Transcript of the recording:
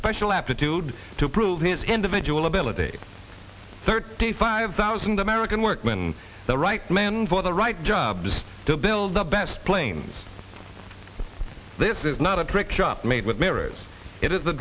special aptitude to prove his individual ability thirty five thousand american workman the right man for the right job just to build the best planes this is not a trick shop made with mirrors it